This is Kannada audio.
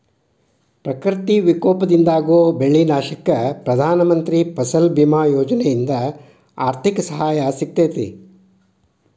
ಪ್ರಕೃತಿ ವಿಕೋಪದಿಂದಾಗೋ ಬೆಳಿ ನಾಶಕ್ಕ ಪ್ರಧಾನ ಮಂತ್ರಿ ಫಸಲ್ ಬಿಮಾ ಯೋಜನೆಯಿಂದ ಆರ್ಥಿಕ ಸಹಾಯ ಸಿಗತೇತಿ